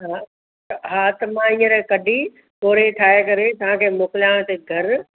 हा हा त मां हींअर कढी बोड़े ठाहे करे तव्हांखे मोकिलियांव थी घर